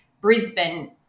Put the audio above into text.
Brisbane